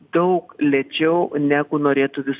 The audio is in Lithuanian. daug lėčiau negu norėtų vis